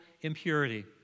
impurity